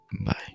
Bye